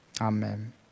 Amen